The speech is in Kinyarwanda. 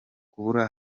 kubura